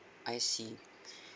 I see